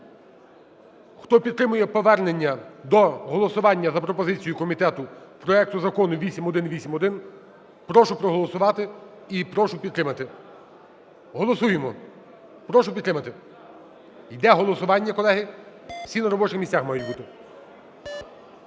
Хто підтримує повернення до голосування за пропозицією комітету проекту Закону 8181, прошу проголосувати і прошу підтримати. Голосуємо. Прошу підтримати. Йде голосування, колеги, всі на робочих місцях мають бути.